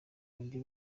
banjye